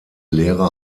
lehre